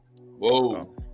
Whoa